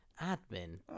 Admin